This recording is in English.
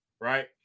right